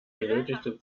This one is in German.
benötigte